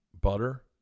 butter